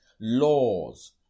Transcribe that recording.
laws